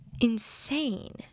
Insane